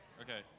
Okay